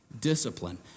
discipline